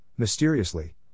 mysteriously